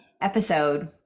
episode